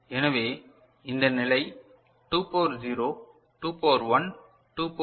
எனவே இந்த நிலை 2 பவர் 0 2 பவர் 1 2 பவர் 2 மற்றும் 2 பவர் 3